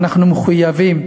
ואנחנו מחויבים,